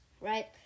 right